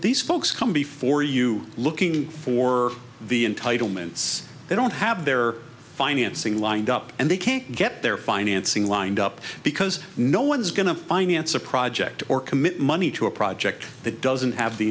folks come before you looking for the entitlements they don't have their financing lined up and they can't get their financing lined up because no one's going to finance a project or commit money to a project that doesn't have the